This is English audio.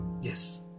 Yes